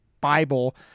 bible